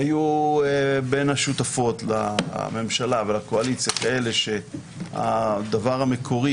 היו בין השותפות לממשלה ולקואליציה כאלה שהדבר המקורי,